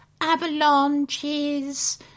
avalanches